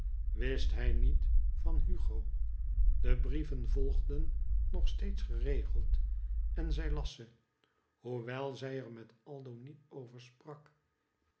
wist hij niet van hugo de brieven volgden nog steeds geregeld en zij las ze hoewel zij er met aldo niet over sprak